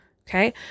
Okay